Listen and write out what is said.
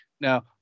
now